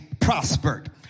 prospered